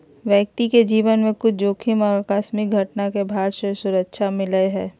व्यक्ति के जीवन में कुछ जोखिम और आकस्मिक घटना के भार से सुरक्षा मिलय हइ